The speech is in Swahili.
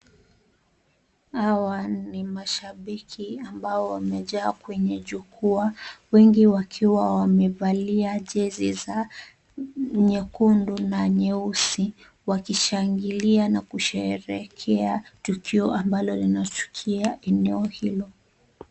Hawa ni mashabiki ambao wamejaa kwenye jukwaa, wengi wakiwa wamevalia jezi za nyekundu na nyeusi, wakishangilia na kusherehekea tukio ambalo linatukia eneo hilo.